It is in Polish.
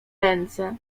ręce